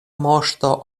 moŝto